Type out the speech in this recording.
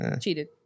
Cheated